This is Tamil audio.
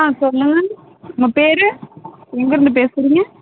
சொல்லுங்கள் உங்க பேர் எங்கேர்ந்து பேசுறீங்க